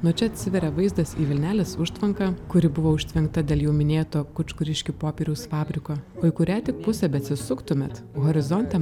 nuo čia atsiveria vaizdas į vilnelės užtvanką kuri buvo užtvenkta dėl jau minėto kučkuriškių popieriaus fabriko o į kurią tik pusę beatsisuktumėt horizonte